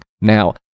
Now